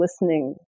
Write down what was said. listening